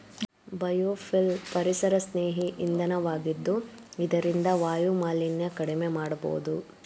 biofuel ಪರಿಸರಸ್ನೇಹಿ ಇಂಧನ ವಾಗಿದ್ದು ಇದರಿಂದ ವಾಯುಮಾಲಿನ್ಯ ಕಡಿಮೆ ಮಾಡಬೋದು